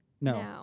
No